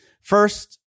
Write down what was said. First